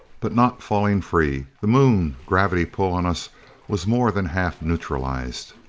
but not falling free. the moon gravity pull on us was more than half neutralized.